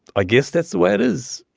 i guess that's the way it is.